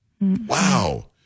Wow